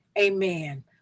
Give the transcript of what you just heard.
amen